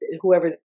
whoever